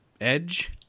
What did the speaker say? Edge